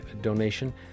donation